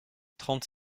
trente